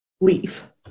Leave